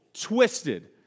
twisted